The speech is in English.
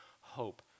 hope